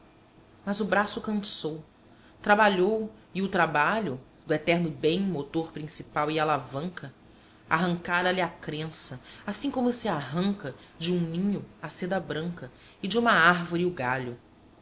mas o braço cansou trabalhou e o trabalho do eterno bem motor principal e alavanca arrancara lhe a crença assim como se arranca de um ninho a seda branca e de uma árvore o galho